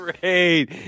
great